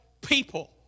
people